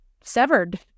severed